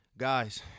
guys